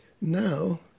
Now